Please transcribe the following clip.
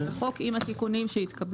החוק עם התיקונים שהתקבלו.